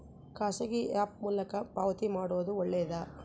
ಖಾಸಗಿ ಆ್ಯಪ್ ಮೂಲಕ ಪಾವತಿ ಮಾಡೋದು ಒಳ್ಳೆದಾ?